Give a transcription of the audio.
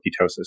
ketosis